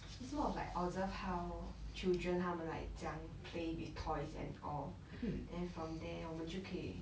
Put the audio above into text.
it's more of like observe how children 他们 like 怎样 play with toys and all then from there 我们就可以